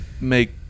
make